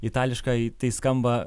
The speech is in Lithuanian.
itališkai tai skamba